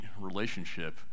relationship